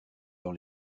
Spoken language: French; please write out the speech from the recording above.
dans